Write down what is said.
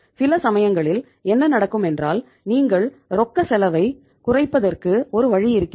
சில சமயங்களில் என்ன நடக்கும் என்றால் நீங்கள் ரொக்க செலவை குறைப்பதற்கு ஒரு வழி இருக்கிறது